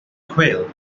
quail